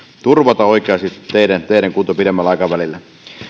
turvata oikeasti teiden kunnon pidemmällä aikavälillä